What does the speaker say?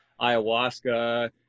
ayahuasca